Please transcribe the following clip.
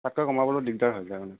তাতকৈ কমাবলৈ দিগদাৰ হৈ যায় মানে